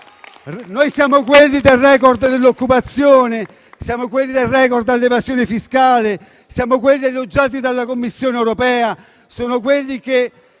Noi siamo quelli del *record* dell'occupazione, siamo quelli del *record* nella lotta all'evasione fiscale, siamo quelli elogiati dalla Commissione europea, siamo quelli che